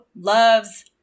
loves